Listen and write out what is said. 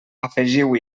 afegiu